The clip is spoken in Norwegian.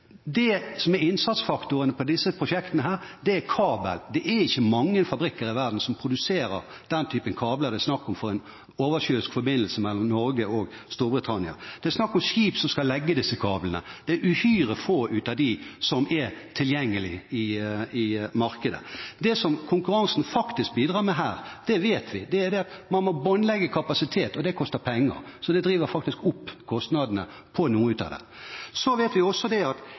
Det som er innsatsfaktoren i disse prosjektene, er kabel. Det er ikke mange fabrikker i verden som produserer den type kabel som det er snakk om for en oversjøisk forbindelse mellom Norge og Storbritannia. Det er snakk om skip til å legge disse kablene. Det er uhyre få av dem tilgjengelig i markedet. Det som konkurranse faktisk bidrar med her, vet vi. Det er å båndlegge kapasitet, og det koster penger, og det driver opp kostnadene på noe av det. Vi vet også at det i dag ikke er noe i veien for at